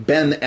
Ben